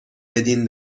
بدین